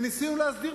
וניסינו להסדיר,